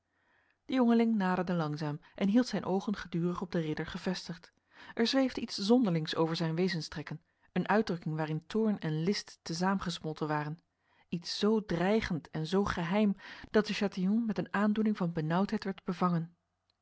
de jongeling naderde langzaam en hield zijn ogen gedurig op de ridder gevestigd er zweefde iets zonderlings over zijn wezenstrekken een uitdrukking waarin toorn en list te saam gesmolten waren iets zo dreigend en zo geheim dat de chatillon met een aandoening van benauwdheid werd bevangen